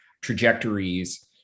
trajectories